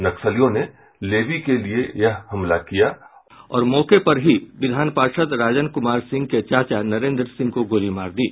नक्सलियों ने लेवी के लिये यह हमला किया और मौके पर ही विधान पार्षद राजन कुमार सिंह के चाचा नरेंद्र सिंह को गोली मार दी